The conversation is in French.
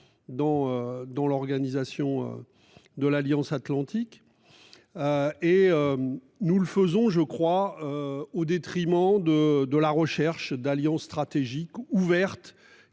dans l'organisation. De l'Alliance Atlantique. Et. Nous le faisons je crois au détriment de, de la recherche d'alliances stratégiques ouverte